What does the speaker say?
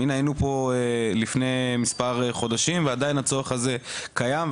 הנה היינו פה לפני מספר חודשים ועדיין הצורך הזה קיים,